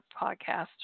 podcast